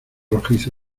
rojizo